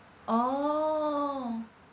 orh